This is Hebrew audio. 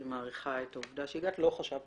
אני מעריכה את זה.